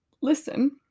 listen